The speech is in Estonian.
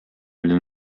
oli